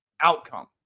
outcome